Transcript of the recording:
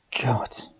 God